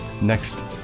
next